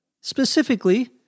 specifically